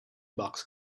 box